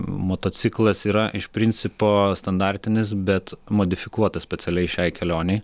motociklas yra iš principo standartinis bet modifikuotas specialiai šiai kelionei